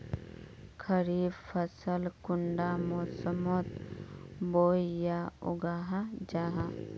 खरीफ फसल कुंडा मोसमोत बोई या उगाहा जाहा?